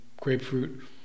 grapefruit